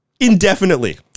indefinitely